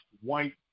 white